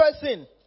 person